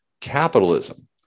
capitalism